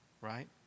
Right